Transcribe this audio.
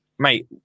Mate